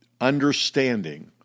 understanding